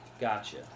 Gotcha